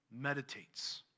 meditates